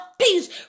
peace